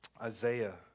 Isaiah